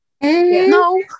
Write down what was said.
No